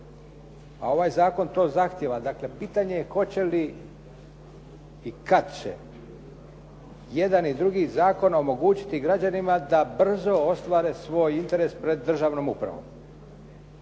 A ovaj zakon to zahtijeva, dakle pitanje je hoće li i kad će jedan i drugi zakon omogućiti građanima da brzo ostvare svoj interes pred državnom upravom.